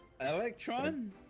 Electron